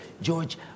George